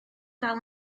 dal